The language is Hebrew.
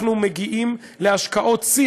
אנחנו מגיעים להשקעות שיא,